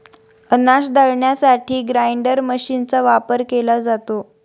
अनाज दळण्यासाठी ग्राइंडर मशीनचा वापर केला जातो